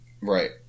Right